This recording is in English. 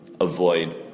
avoid